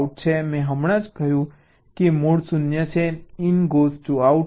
મેં હમણાં જ કહ્યું છે કે મોડ 0 છે ઇન ગોઝ ટુ આઉટ છે